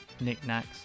knickknacks